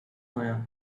fire